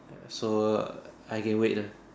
ah so I can wait lah